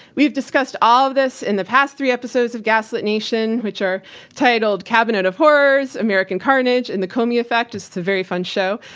we have discussed all of this in the past three episodes of gaslit nation, which are titled cabinet of horrors, american carnage and the comey effect it's a very fun show.